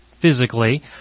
physically